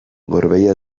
gorbeia